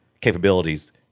capabilities